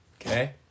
okay